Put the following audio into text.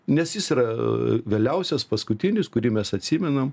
nes jis yra vėliausias paskutinis kurį mes atsimenam